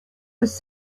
was